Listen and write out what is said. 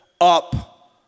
up